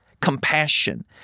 compassion